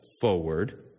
forward